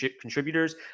contributors